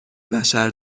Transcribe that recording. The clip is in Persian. بشر